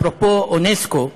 אפרופו אונסק"ו,